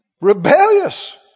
Rebellious